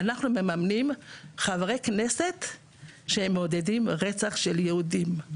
אנחנו מממנים חברי כנסת שמעודדים רצח של יהודים.